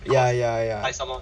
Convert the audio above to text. ya ya ya